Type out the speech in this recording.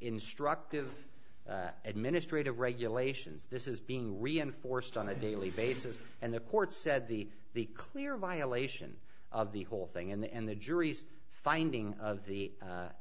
instructive administrative regulations this is being reinforced on a daily basis and the court said the the clear violation of the whole thing and the jury's finding of the